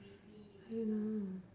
I don't know